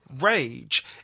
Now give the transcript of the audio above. rage